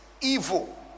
evil